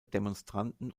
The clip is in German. demonstranten